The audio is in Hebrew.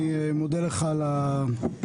אני אגיד מה אני חושב.